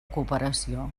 cooperació